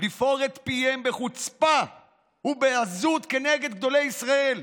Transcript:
לפעור את פיהם בחוצפה ובעזות כנגד גדולי ישראל,